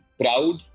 proud